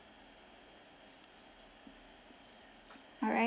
alright